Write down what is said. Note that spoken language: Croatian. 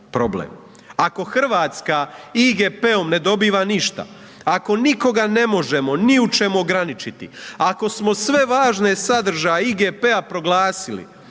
Ako Hrvatska IGP-om ne dobiva ništa, ako nikoga ne možemo ni u čemu ograničiti, ako smo sve važne sadržaje IGP-a proglasili,